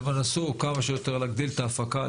הם ינסו כמה שיותר להגדיל את ההפקה,